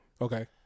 Okay